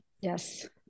Yes